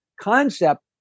concept